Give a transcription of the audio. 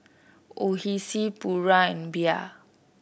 Oishi Pura and Bia